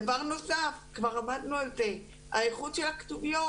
דבר נוסף, כבר עמדנו על זה, איכות הכתוביות.